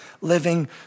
living